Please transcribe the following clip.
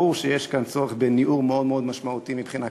ברור שיש כאן צורך בניעור מאוד מאוד משמעותי מבחינה כלכלית.